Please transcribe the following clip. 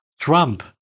Trump